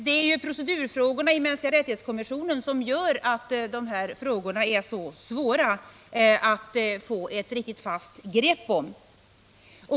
Det är procedurfrågor i kommissionen som gör att dessa frågor är så svåra att få ett riktigt fast grepp om.